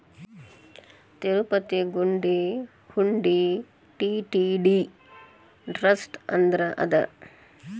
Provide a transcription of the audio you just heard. ತಿರುಪತಿ ಗುಡಿ ಹುಂಡಿ TTD trust under ಅದ